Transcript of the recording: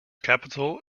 capital